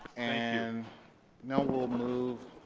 and now we'll move